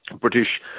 British